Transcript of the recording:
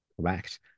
Correct